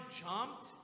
jumped